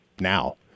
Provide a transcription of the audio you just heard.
now